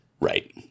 right